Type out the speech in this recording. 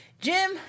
Jim